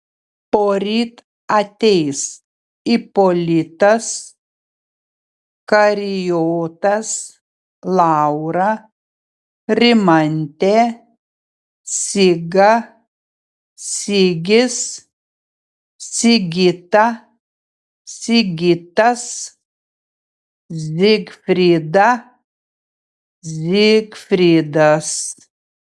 poryt ateis ipolitas karijotas laura rimantė siga sigis sigita sigitas zigfrida zygfridas